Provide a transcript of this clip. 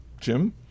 Jim